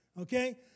Okay